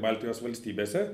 baltijos valstybėse